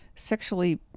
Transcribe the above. sexually